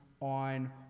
on